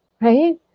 right